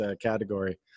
category